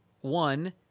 one